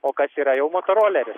o kas yra jau motoroleris